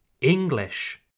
English